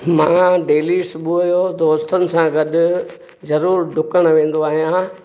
मां डेली सुबुह जो दोस्तनि सां गॾु ज़रूरु डुकण वेंदो आहियां